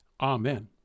Amen